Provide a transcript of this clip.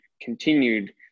continued